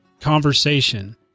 conversation